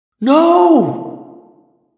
No